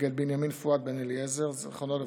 נגד בנימין פואד בן אליעזר, זיכרונו לברכה,